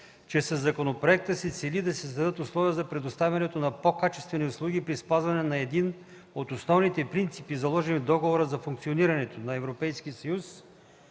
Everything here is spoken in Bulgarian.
че със законопроекта се цели да се създадат условия за предоставянето на по-качествени услуги при спазването на един от основните принципи, заложени в Договора за функционирането на Европейския Съюз